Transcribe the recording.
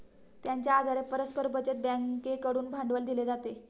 त्यांच्या आधारे परस्पर बचत बँकेकडून भांडवल दिले जाते